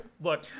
Look